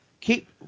keep